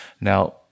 Now